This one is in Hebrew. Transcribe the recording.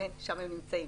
שם הם נמצאים.